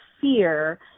fear